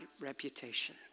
reputation